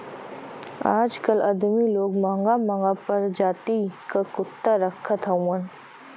आजकल अदमी लोग महंगा महंगा परजाति क कुत्ता रखत हउवन